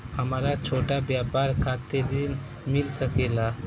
हमरा छोटा व्यापार खातिर ऋण मिल सके ला?